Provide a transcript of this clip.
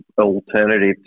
alternative